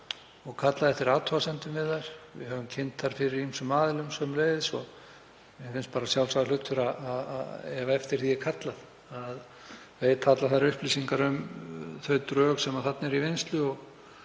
og kallað eftir athugasemdum við þær. Við höfum kynnt þær fyrir ýmsum aðilum sömuleiðis og mér finnst bara sjálfsagður hlutur, ef eftir því er kallað, að veita allar þær upplýsingar um þau drög sem þarna eru í vinnslu.